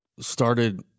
started